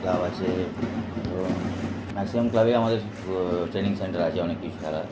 club আছে ধরুন maximum ক্লাবে আমাদের ট্রেনিং সেন্টার আছে অনেক কিছু খেলার